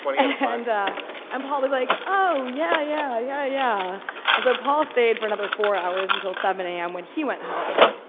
and and paul was like oh, yeah yeah, yeah yeah. and so paul stayed for another four hours until seven am when he went home,